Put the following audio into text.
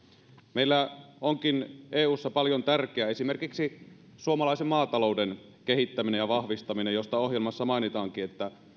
meillä onkin eussa paljon tärkeää esimerkiksi suomalaisen maatalouden kehittäminen ja vahvistaminen josta ohjelmassa mainitaankin että